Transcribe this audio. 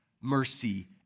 mercy